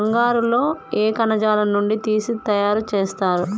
కంగారు లో ఏ కణజాలం నుండి తీసి తయారు చేస్తారు?